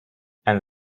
and